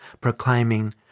proclaiming